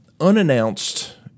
unannounced